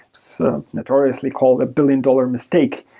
so notoriously called a billion dollar mistake.